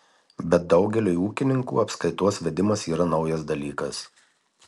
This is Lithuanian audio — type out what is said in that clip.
bet daugeliui ūkininkų apskaitos vedimas yra naujas dalykas